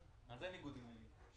אפשרות לעבור מבחינה כספית.